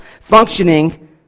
functioning